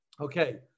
okay